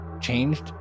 changed